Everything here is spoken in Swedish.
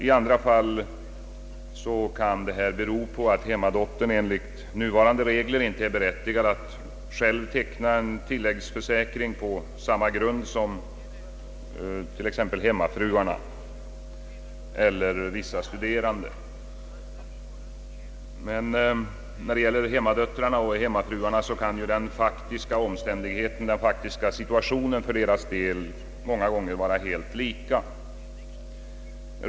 I vissa fall kan det bero på att hemmadottern enligt nuvarande regler inte är berättigad att själv teckna en tilläggsförsäkring på samma grunder som hemmafruarna eller vissa studerande. För hemmadöttrarna och hemmafruarna kan dock den faktiska situationen många gånger vara helt lika.